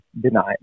denied